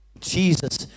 Jesus